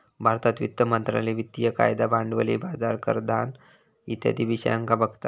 भारतात वित्त मंत्रालय वित्तिय कायदा, भांडवली बाजार, कराधान इत्यादी विषयांका बघता